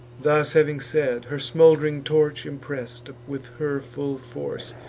thus having said, her smold'ring torch, impress'd with her full force,